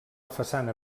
façana